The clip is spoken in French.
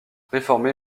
réformé